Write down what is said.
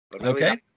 Okay